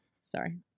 Sorry